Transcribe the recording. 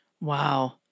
Wow